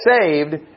saved